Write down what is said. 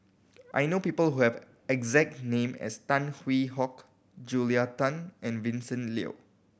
I know people who have a exact name as Tan Hwee Hock Julia Tan and Vincent Leow